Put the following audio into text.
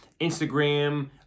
Instagram